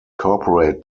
corporate